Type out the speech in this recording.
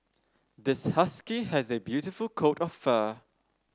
this husky has a beautiful coat of fur